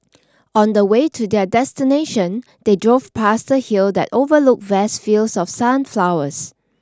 on the way to their destination they drove past the hill that overlooked vast fields of sunflowers